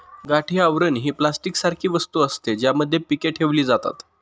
गाठी आवरण ही प्लास्टिक सारखी वस्तू असते, ज्यामध्ये पीके ठेवली जातात